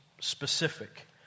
specific